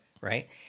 right